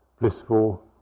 blissful